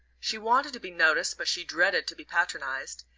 she wanted to be noticed but she dreaded to be patronized,